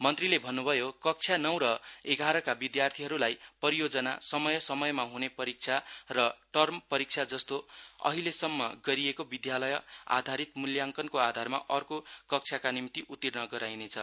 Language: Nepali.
मन्त्रीले भन्न् भयो कक्षा नौ र एघारका विदयार्थीहरूलाई परियोजना समय समयमा हने परिक्षा र टर्म परिक्षा जस्तो अहिलेसम्म गरिएको विद्यालय आधारित म्ल्याङ्कनको आधारमा अर्कोकक्षाका निम्ति उतीर्ण गराउने छ